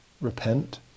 repent